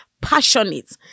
passionate